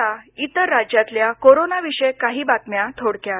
आता इतर राज्यातल्या कोरोनाविषयक काही बातम्या थोडक्यात